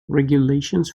regulations